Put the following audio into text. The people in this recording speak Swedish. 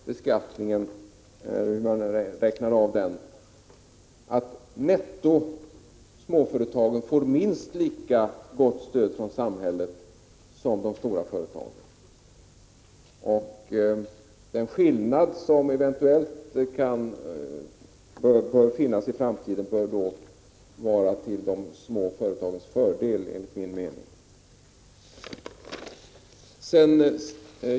beskattningen, blir sådant att småföretag netto får minst lika gott stöd från samhället som de stora företagen. Den skillnad som eventuellt kan finnas i framtiden bör då vara till de små företagens fördel, enligt min mening.